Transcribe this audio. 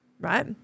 right